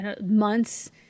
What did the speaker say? months